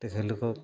তেখেতলোকক